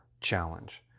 challenge